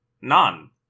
None